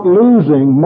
losing